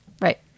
Right